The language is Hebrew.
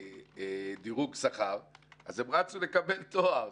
דירוג שכר אז הן רצו לקבל תואר.